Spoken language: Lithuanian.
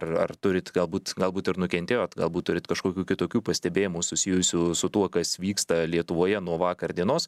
ar ar turit galbūt galbūt ir nukentėjot galbūt turit kažkokių kitokių pastebėjimų susijusių su tuo kas vyksta lietuvoje nuo vakar dienos